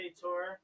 tour